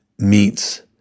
meets